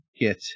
get